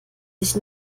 sich